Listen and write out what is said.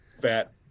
fat